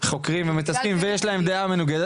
חוקרים ומתעסקים בזה,